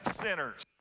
sinners